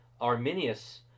Arminius